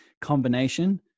combination